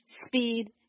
speed